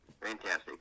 Fantastic